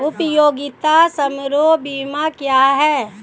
उपयोगिता समारोह बीमा क्या है?